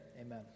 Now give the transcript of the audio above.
Amen